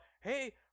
hey